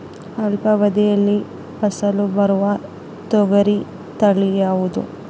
ಅಲ್ಪಾವಧಿಯಲ್ಲಿ ಫಸಲು ಬರುವ ತೊಗರಿ ತಳಿ ಯಾವುದುರಿ?